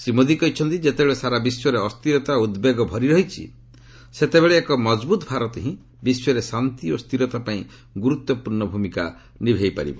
ଶ୍ରୀ ମୋଦି କହିଛନ୍ତି ଯେତେବେଳେ ସାରା ବିଶ୍ୱରେ ଅସ୍ଥିରତା ଓ ଉଦ୍ବେଗ ଭରିରହିଛି ସେତେବେଳେ ଏକ ମଜବୁତ୍ ଭାରତ ବିଶ୍ୱରେ ଶାନ୍ତି ଓ ସ୍ଥିରତାପାଇଁ ଗୁରୁତ୍ୱପୂର୍ଣ୍ଣ ଭୂମିକା ନିଭାଇପାରିବ